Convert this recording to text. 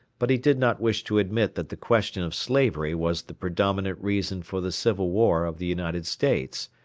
but he did not wish to admit that the question of slavery was the predominant reason for the civil war of the united states,